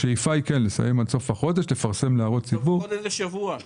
השאיפה היא כזו, לפרסם להערות ציבור.